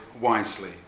wisely